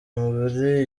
muri